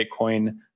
Bitcoin